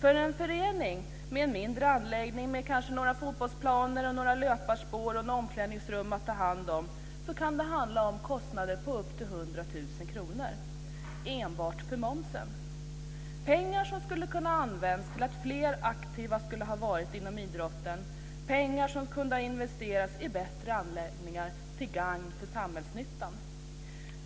För en förening med en mindre anläggning med kanske några fotbollsplaner, några löparspår och omklädningsrum att ta hand om kan det röra sig om kostnader på upp till 100 000 kr enbart för momsen. Det är pengar som skulle ha kunnat användas för att få fler aktiva inom idrotten och som kunde ha investerats i bättre anläggningar till gagn för samhällsnyttan.